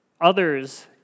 Others